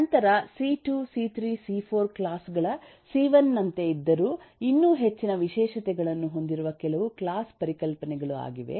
ನಂತರ ಸಿ2 ಸಿ3 ಸಿ4 ಕ್ಲಾಸ್ ಗಳ ಸಿ1 ನಂತೆ ಇದ್ದರೂ ಇನ್ನೂ ಹೆಚ್ಚಿನ ವಿಶೇಷತೆಗಳನ್ನು ಹೊಂದಿರುವ ಕೆಲವು ಕ್ಲಾಸ್ ಪರಿಕಲ್ಪನೆಗಳು ಆಗಿವೆ